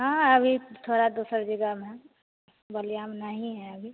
हाँ हाँ अभी थोड़ा दूसरे जगह में हैं बलिया में नहीं हैं अभी